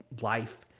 life